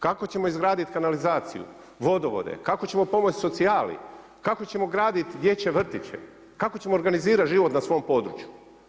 Kako ćemo izgraditi kanalizaciju, vodovode, kako ćemo pomoći socijali, kako ćemo graditi dječje vrtiće, kako ćemo organizirati život na svom području.